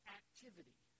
activity